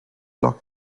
log